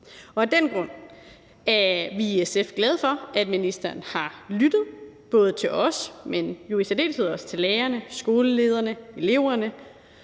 Af den grund er vi i SF glade for, at ministeren har lyttet både til os, men i særdeleshed også til lærerne, skolelederne og eleverne,